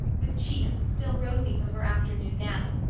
with cheeks still rosy from her afternoon nap.